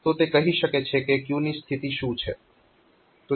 તો તે કહી શકે છે કે ક્યુ ની સ્થિતી શું છે